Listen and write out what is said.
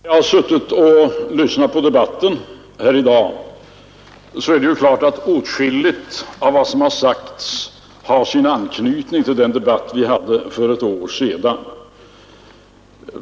Herr talman! När jag suttit och lyssnat på debatten här i dag, har jag funnit att åtskilligt av vad som sagts har anknytning till den debatt vi hade för ett år sedan.